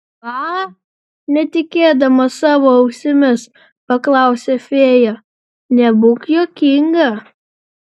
ką netikėdama savo ausimis paklausė fėja nebūk juokinga